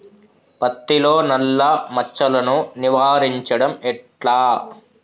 పత్తిలో నల్లా మచ్చలను నివారించడం ఎట్లా?